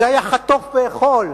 זה היה חטוף ואכול,